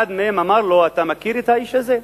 אחד מהם אמר לו: אתה מכיר את האיש הזה?